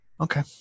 Okay